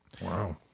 Wow